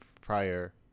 prior